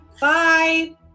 Bye